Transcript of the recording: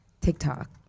TikTok